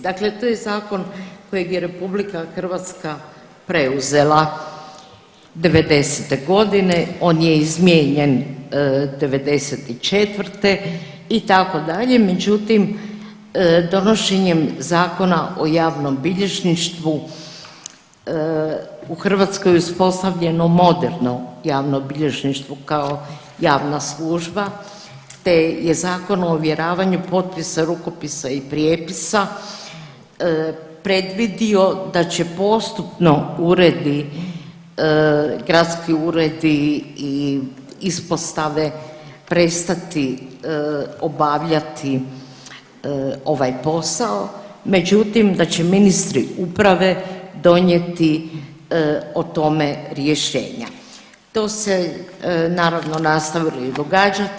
Dakle, to je zakon kojeg je RH preuzela '90. godine on je izmijenjen '94. itd., međutim donošenjem Zakona o javnom bilježništvu u Hrvatskoj je uspostavljeno moderno javno bilježništvo kao javna služba te je Zakon o ovjeravanju potpisa, rukopisa i prijepisa predvidio da će postupno uredi, gradski uredi i ispostave prestati obavljati ovaj posao međutim da će ministri uprave donijeti o tome rješenja, to se naravno nastavilo i događati.